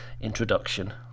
introduction